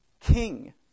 king